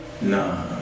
Nah